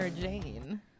jane